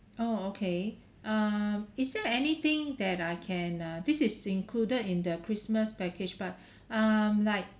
oh okay um is there anything that I can uh this is included in the christmas package but um like